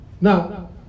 Now